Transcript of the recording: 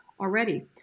already